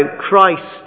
Christ